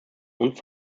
und